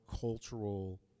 cultural